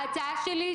ההצעה שלי,